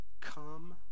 Come